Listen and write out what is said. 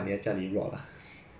myself lah